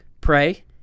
pray